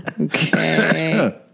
Okay